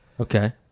Okay